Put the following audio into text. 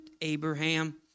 Abraham